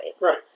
Right